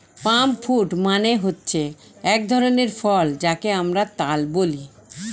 পাম fruit মানে হচ্ছে এক ধরনের ফল যাকে আমরা তাল বলি